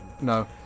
no